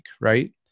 right